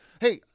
hey